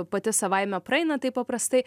pati savaime praeina taip paprastai